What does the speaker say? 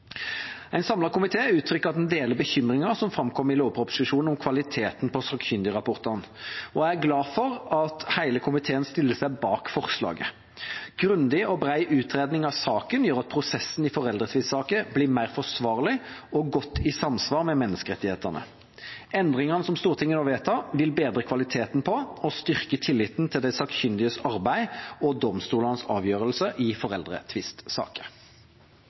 En samlet komité uttrykker at den deler bekymringen som framkommer i lovproposisjon om kvaliteten på sakkyndigrapportene. Og jeg er glad for at hele komiteen stiller seg bak forslaget. Grundig og bred utredning av saken gjør at prosessen i foreldretvistsaker blir mer forsvarlig og godt i samsvar med menneskerettighetene. Endringene som Stortinget nå vedtar, vil bedre kvaliteten på og styrke tilliten til de sakkyndiges arbeid og domstolenes avgjørelse i foreldretvistsaker.